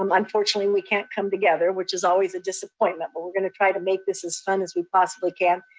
um unfortunately we can't come together, which is always a disappointment, but we're going to try to make this as fun as we possibly can,